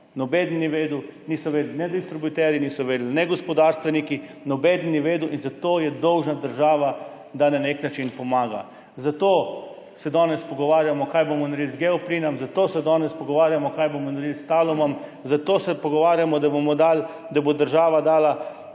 Nobeden ni vedel. Niso vedeli ne distributerji, niso vedeli ne gospodarstveniki, nobeden ni vedel. In zato je dolžna država, da na nek način pomaga. Zato se danes pogovarjamo, kaj bomo naredili z Geoplinom, zato se danes pogovarjamo, kaj bomo naredili s Talumom, zato se pogovarjamo, da bo država dala